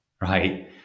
Right